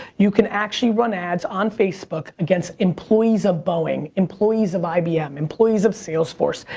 you can actually run ads on facebook against employees of boeing, employees, of ibm, employees of salesforce,